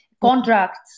contracts